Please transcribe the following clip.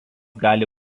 gali